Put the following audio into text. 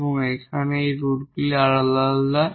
এবং এখানে এই রুটগুলি আলাদা আলাদা